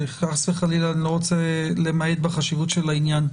חס וחלילה אני לא רוצה למעט בחשיבות העניין.